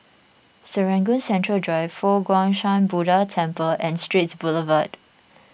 Serangoon Central Drive Fo Guang Shan Buddha Temple and Straits Boulevard